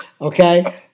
Okay